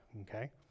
okay